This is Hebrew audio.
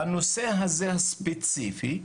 בנושא הספציפי הזה,